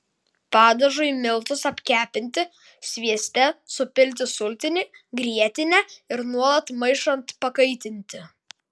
padažui miltus apkepinti svieste supilti sultinį grietinę ir nuolat maišant pakaitinti